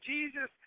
Jesus